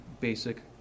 basic